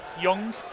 Young